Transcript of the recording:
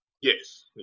Yes